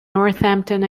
northampton